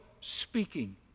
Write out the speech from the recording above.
speaking